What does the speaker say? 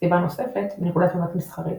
סיבה נוספת, מנקודת מבט מסחרית,